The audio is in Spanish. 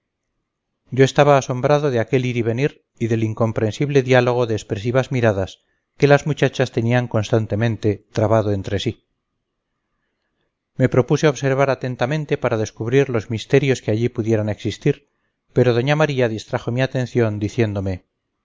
yo estaba asombrado de aquel ir y venir y del incomprensible diálogo de expresivas miradas que las muchachas tenían constantemente trabado entre sí me propuse observar atentamente para descubrir los misterios que allí pudieran existir pero doña maría distrajo mi atención diciéndome